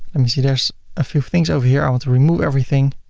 let me see there's a few things over here i want to remove everything.